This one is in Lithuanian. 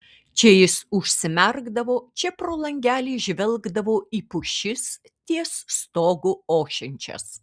čia jis užsimerkdavo čia pro langelį žvelgdavo į pušis ties stogu ošiančias